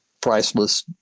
priceless